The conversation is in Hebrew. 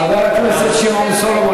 חבר הכנסת שמעון סולומון,